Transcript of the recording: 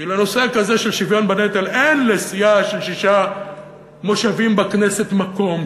כי לנושא כזה של שוויון בנטל אין לסיעה של שישה מושבים בכנסת מקום,